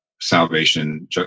salvation